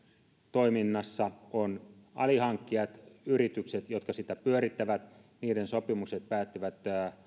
toiminnassa on alihankkijat yritykset jotka sitä pyörittävät niiden sopimukset päättyvät